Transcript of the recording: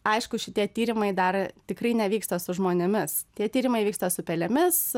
aišku šitie tyrimai dar tikrai nevyksta su žmonėmis tie tyrimai vyksta su pelėmis